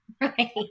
right